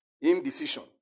indecision